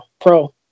pro